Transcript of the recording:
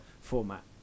format